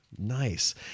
Nice